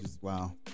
Wow